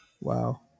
wow